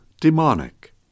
DEMONIC